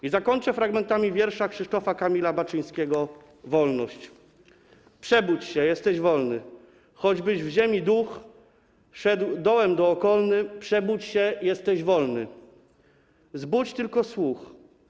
I zakończę fragmentami wiersza Krzysztofa Kamila Baczyńskiego „Wolność”: „Przebudź się - jesteś wolny,/ choćbyś jak w ziemi duch/ szedł dołem dookolny,/ przebudź się, jesteś wolny,/ zbudź tylko słuch.